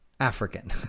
African